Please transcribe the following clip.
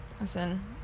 Listen